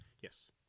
Yes